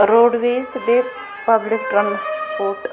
road ویز تہٕ بیٚیہِ public transport